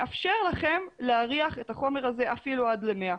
מאפשר לכם להריח את החומר הזה אפילו עד ל-100.